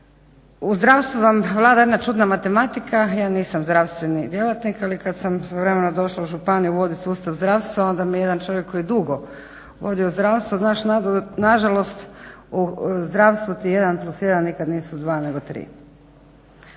U zdravstvu vam vlada jedna čudna matematika, ja nisam zdravstveni djelatnik ali kada sam svojevremeno došla u županiju došla voditi sustav zdravstva onda mi je jedan čovjek koji je dugo ovdje u zdravstvu znaš nažalost u zdravstvu ti 1+1 nikad nisu 2 nego 3.